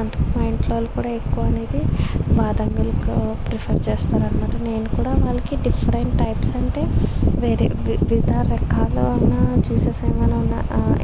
అందుకు మా ఇంట్లో వాళ్ళు కూడా ఎక్కువ అనేది బాదం మిల్క్ ప్రిఫర్ చేస్తారు అన్నమాట నేను కూడా వాళ్ళకి డిఫరెంట్ టైప్స్ అంటే వేరే విధ రకాలు అయిన జ్యూసెస్ ఏవైనా ఉన్నా